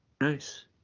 Nice